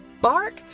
bark